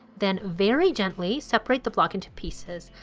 then, very gently, separate the block into pieces.